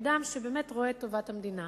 אדם שבאמת רואה את טובת המדינה.